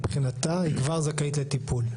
מבחינתה, היא כבר זכאית לטיפול.